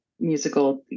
musical